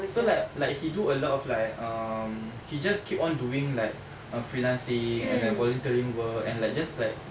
so like like he do a lot of like um he just keep on doing like uh freelancing and like volunteering work and like just like